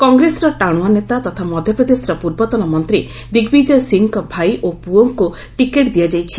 କଂଗ୍ରେସର ଟାଣୁଆ ନେତା ତଥା ମଧ୍ୟପ୍ରଦେଶର ପୂର୍ବତନ ମନ୍ତ୍ରୀ ଦିଗ୍ବିଜୟ ସିଂଙ୍କ ଭାଇ ଓ ପୁଅଙ୍କୁ ଟିକେଟ୍ ଦିଆଯାଇଛି